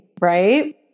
right